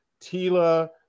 Tila